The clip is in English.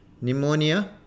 pneumonia